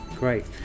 Great